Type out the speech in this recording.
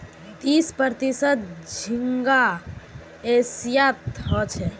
तीस प्रतिशत झींगा एशियात ह छे